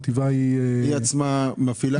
היא עצמה מפעילה?